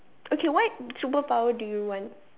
okay what superpower do you want